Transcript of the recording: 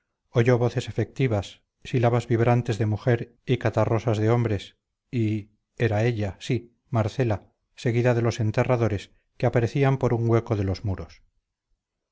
oyó voces efectivas sílabas vibrantes de mujer y catarrosas de hombres y era ella sí marcela seguida de los enterradores que aparecían por un hueco de los muros